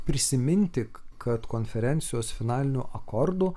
prisiminti kad konferencijos finaliniu akordu